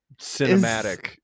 cinematic